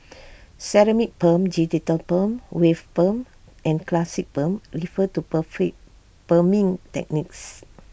ceramic perm digital perm wave perm and classic perm refer to prefer perming techniques